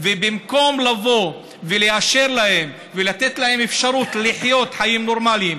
במקום לבוא ולאשר להם ולתת להם אפשרות לחיות חיים נורמליים,